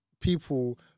people